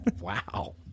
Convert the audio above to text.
Wow